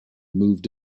moved